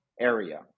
area